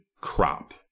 crop